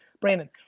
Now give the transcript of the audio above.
Brandon